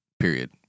period